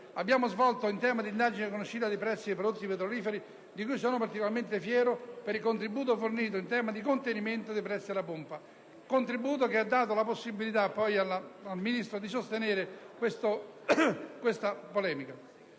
abbiamo svolto un'indagine conoscitiva sui prezzi dei prodotti petroliferi, di cui sono particolarmente fiero per il contributo fornito in termini di contenimento dei prezzi alla pompa, contributo che ha dato la possibilità al Ministro di sostenere questa polemica.